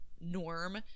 norm